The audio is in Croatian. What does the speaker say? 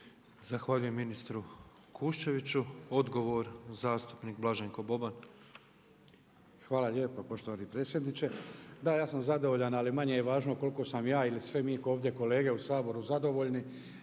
Zahvaljujem ministru Kuščeviću. Odgovor zastupnik Blaženko Boban. **Boban, Blaženko (HDZ)** Hvala lijepo poštovani predsjedniče. Da ja sam zadovoljan, ali manje je važno koliko sam ja ili svi mi ovdje kolege u Saboru zadovoljni,